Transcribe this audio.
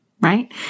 right